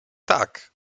tak